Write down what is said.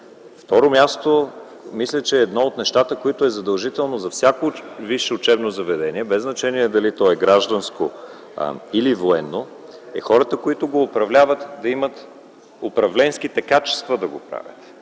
второ място, мисля, че едно от нещата, което е задължително за всяко висше учебно заведение, без значение дали то е гражданско или военно, е хората, които го управляват, да имат управленските качества да го правят